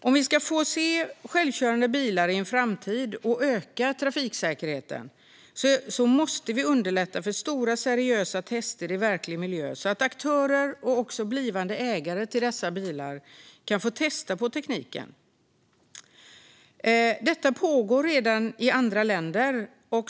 Om vi ska få se självkörande bilar i framtiden och öka trafiksäkerheten måste vi underlätta för stora, seriösa tester i verklig miljö så att aktörer och också blivande ägare till dessa bilar kan få testa tekniken. Detta pågår redan i andra länder.